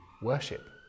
worship